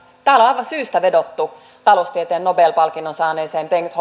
täällä on aivan syystä vedottu taloustieteen nobel palkinnon saaneeseen bengt